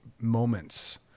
moments